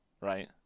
right